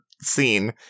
scene